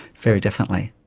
very definitely.